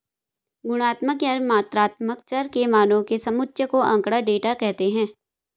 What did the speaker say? गुणात्मक या मात्रात्मक चर के मानों के समुच्चय को आँकड़ा, डेटा कहते हैं